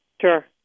Sure